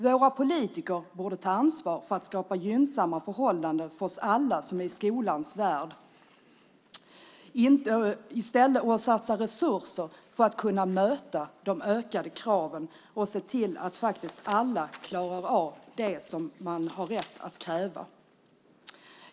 Våra politiker borde ta ansvar för att skapa gynnsamma förhållanden för oss alla som är i skolans värld och satsa resurser för att möta de ökade kraven och se till att faktiskt alla klarar av det som man har rätt att kräva.